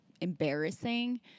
embarrassing